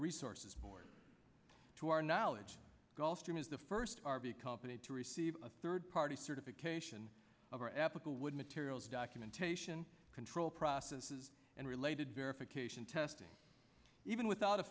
resources board to our knowledge gulfstream is the first rb company to receive a third party certification of our ethical would materials documentation control processes and related verification testing even without a